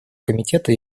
комитета